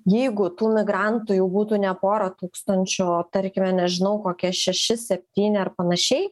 jeigu tų migrantų jau būtų ne pora tūkstančių o tarkime nežinau kokie šeši septyni ar panašiai